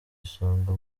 isonga